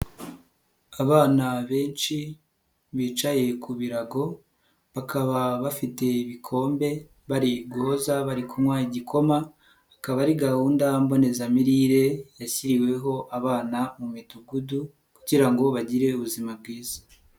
Abana benshi bicaye ku birago bakaba bafite ibikombe bari guhoza bari kunywa igikoma akaba ari gahunda mbonezamirire yashyiriweho abana mu Midugudu kugira ngo bagire ubuzima bwiza.